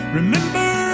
remember